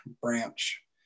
branch